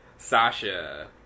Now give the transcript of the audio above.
Sasha